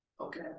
Okay